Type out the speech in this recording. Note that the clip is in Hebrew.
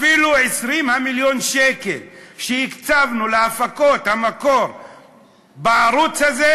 אפילו 20 מיליון שקל שהקצבנו להפקות המקור בערוץ הזה,